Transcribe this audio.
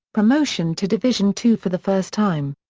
promotion to division two for the first time.